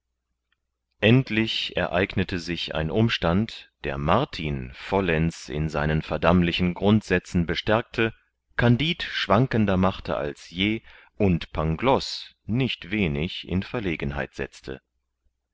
endlich ereignete sich ein umstand der martin vollends in seinen verdammlichen grundsätzen bestärkte kandid schwankender machte als je und pangloß nicht wenig in verlegenheit setzte